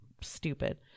stupid